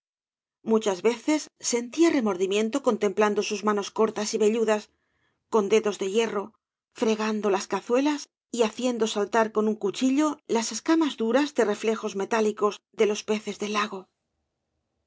muchas veces sentía remordimiento contemplando sus manos cortas y velludas con dedos de hierro fregando las cazuelas y haciendo saltar con un cuchillo las escamas duras de reflejos metálicos de los peces del lago las